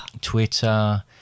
Twitter